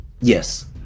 yes